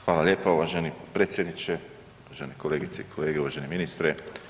Hvala lijepo uvaženi potpredsjedniče, uvažene kolegice i kolege, uvaženi ministre.